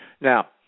Now